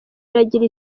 iragira